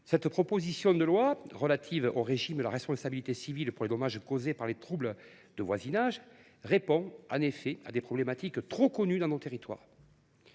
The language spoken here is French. Cette proposition de loi relative au régime de la responsabilité civile pour les dommages causés par les troubles de voisinage répond à des problématiques bien connues dans nos territoires.